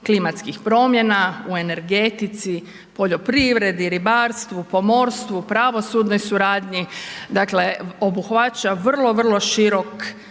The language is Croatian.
klimatskih promjena, u energetici, poljoprivredi, ribarstvu, pomorstvu, pravosudnoj suradnji, dakle obuhvaća vrlo, vrlo širok